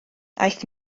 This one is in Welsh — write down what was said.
aeth